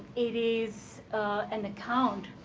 it is an account